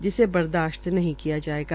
जिसे बर्दाशत नहीं किया जायेगा